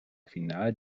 final